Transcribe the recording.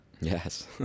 Yes